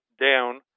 down